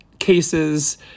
cases